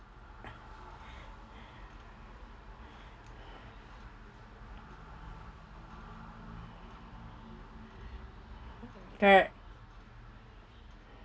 correct